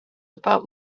about